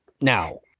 Now